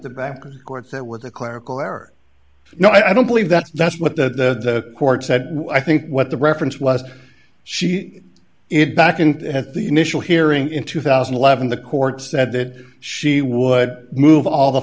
with a clerical error no i don't believe that that's what the court said i think what the reference was she it back in the initial hearing in two thousand and eleven the court said that she would move all the